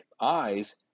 Eyes